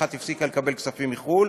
כי אחת הפסיקה לקבל כספים מחו"ל,